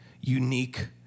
unique